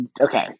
okay